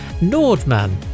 Nordman